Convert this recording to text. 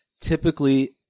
typically